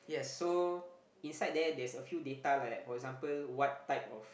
so inside there there's a few data like that for example what type of